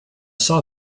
saw